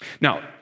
Now